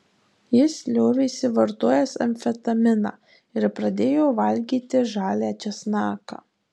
jis liovėsi vartojęs amfetaminą ir pradėjo valgyti žalią česnaką